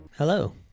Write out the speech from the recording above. hello